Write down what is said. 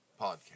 Podcast